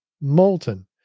molten